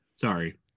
Sorry